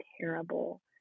terrible